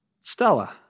Stella